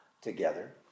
together